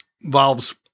involves